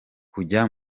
kujya